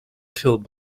killed